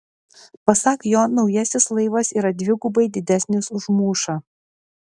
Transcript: pasak jo naujasis laivas yra dvigubai didesnis už mūšą